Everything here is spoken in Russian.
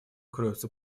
кроются